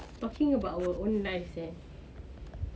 talking about our own life eh